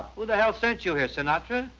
who the hell sent you here, sinatra?